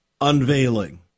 unveiling